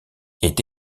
est